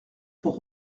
pour